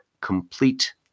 complete